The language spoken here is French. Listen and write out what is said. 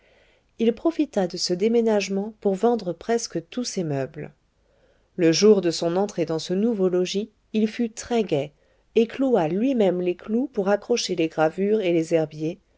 il profita de ce déménagement pour vendre presque tous ses meubles le jour de son entrée dans ce nouveau logis il fut très gai et cloua lui-même les clous pour accrocher les gravures et les herbiers